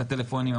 את הטלפונים,